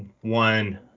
one